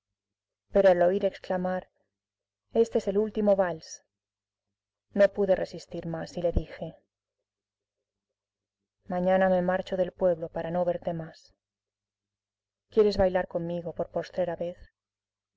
pero al oír exclamar este es el último vals no pude resistir más y le dije mañana me marcho del pueblo para no verte más quieres bailar conmigo por postrera vez